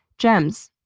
gems,